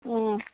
ಹ್ಞೂ